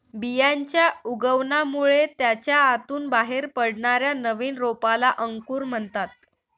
बियांच्या उगवणामुळे त्याच्या आतून बाहेर पडणाऱ्या नवीन रोपाला अंकुर म्हणतात